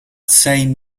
same